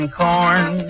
corn